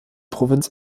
provinz